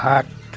সাত